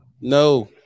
No